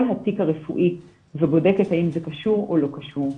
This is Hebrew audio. התיק הרפואי ובודקת האם זה קשור או לא קשור.